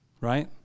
right